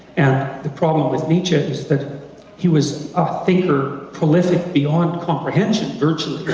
and the problem with nietzsche is that he was a figure prolific beyond comprehension, virtually,